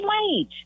wage